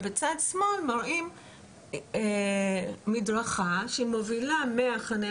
ובצד שמאל מראים מדרכה שמובילה מהחניה